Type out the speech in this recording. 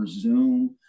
Zoom